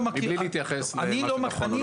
מבלי להתייחס למה שנכון או לא נכון.